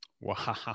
Wow